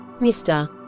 Mr